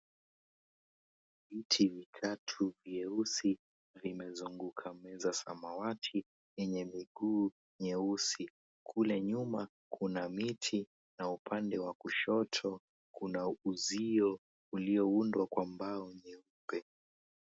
Viti vitatu vyeusi vimezunguka meza samawati yenye miguu nyeusi, kule nyuma kuna miti na upande wa kushoto kuna uzio ulioundwa kwa mbau nyeupe.